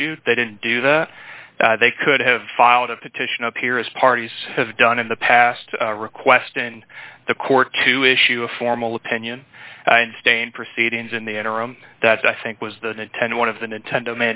issued they didn't do that they could have filed a petition appear as parties have done in the past request in the court to issue a formal opinion and stand proceedings in the interim that i think was the nintendo one of the nintendo